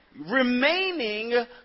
remaining